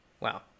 Wow